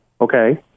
okay